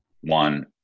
one